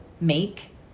make